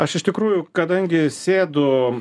aš iš tikrųjų kadangi sėdu